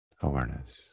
awareness